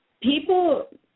people